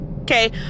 okay